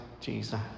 Jesus